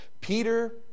Peter